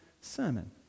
sermon